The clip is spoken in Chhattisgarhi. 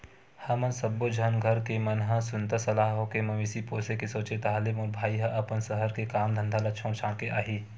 हमन सब्बो झन घर के मन ह सुनता सलाह होके मवेशी पोसे के सोचेन ताहले मोर भाई ह अपन सहर के काम धंधा ल छोड़ छाड़ के आही